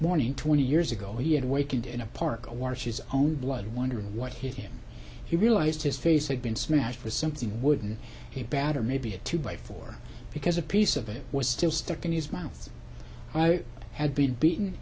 morning twenty years ago he had awakened in a park a war she's own blood wondering what hit him he realized his face had been smashed for something wouldn't he batter maybe a two by four because a piece of it was still stuck in his mouth i had been beaten